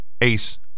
Ace